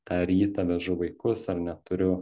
tą rytą vežu vaikus ar neturiu